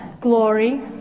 glory